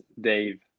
Dave